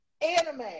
Anime